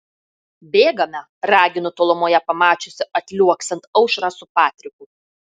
bėgame raginu tolumoje pamačiusi atliuoksint aušrą su patriku